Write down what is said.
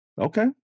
Okay